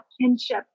kinship